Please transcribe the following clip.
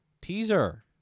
teaser